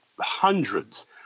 hundreds